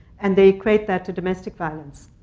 and they equate that to domestic violence.